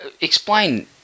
explain